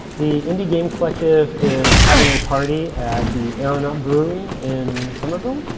the indie game collective is having a party at the aeronaut brewery in somerville.